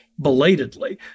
belatedly